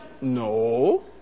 No